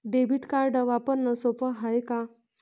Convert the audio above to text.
Debit card वापरणं सोप हाय का?